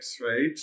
right